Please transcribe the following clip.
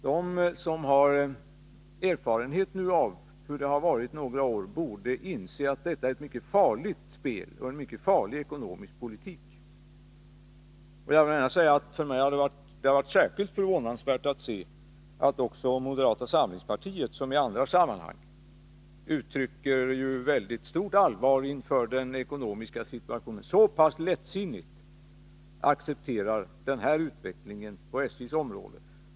De som har erfarenhet av hur det har varit några år borde inse att det är ett mycket farligt spel och en farlig ekonomisk politik. För mig har det varit särskilt förvånansvärt att konstatera att också moderata samlingspartiet, som i andra sammanhang ser med stort allvar på den ekonomiska situationen, så lättsinnigt accepterar utvecklingen på SJ:s område.